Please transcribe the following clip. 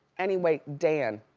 anyway, dan,